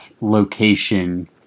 location